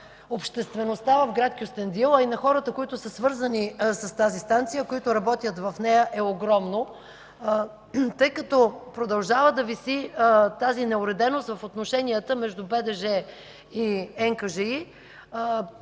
обществеността в град Кюстендил, а и на хората, които са свързани с тази станция, които работят в нея, е огромно. Тъй като продължава да виси тази неуреденост в отношенията между БДЖ и